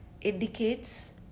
indicates